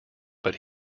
but